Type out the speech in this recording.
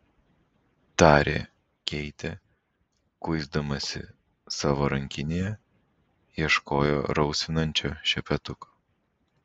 tarė keitė kuisdamasi savo rankinėje ieškojo rausvinančio šepetuko